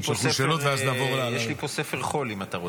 יש לי פה ספר חול, אם אתה רוצה.